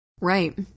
Right